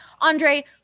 Andre